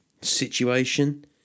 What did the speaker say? situation